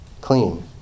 clean